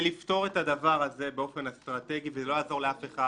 כדי לפתור את הדבר הזה באופן אסטרטגי ולא יעזור לאף אחד,